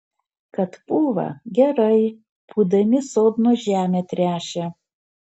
kad pūva gerai pūdami sodno žemę tręšia